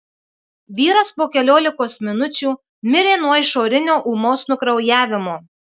vyras po keliolikos minučių mirė nuo išorinio ūmaus nukraujavimo